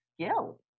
skill